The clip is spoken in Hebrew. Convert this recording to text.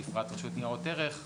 בפרט רשות ניירות ערך,